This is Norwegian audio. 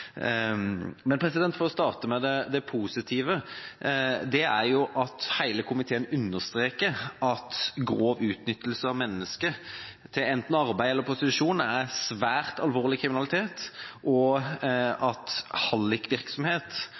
For å starte med det positive: Hele komiteen understreker at grov utnyttelse av mennesker til enten arbeid eller prostitusjon er svært alvorlig kriminalitet, og at